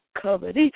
covered